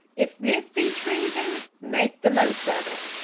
if this be treason, make the most of it.